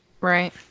right